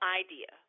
idea